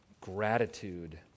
gratitude